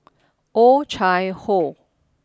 Oh Chai Hoo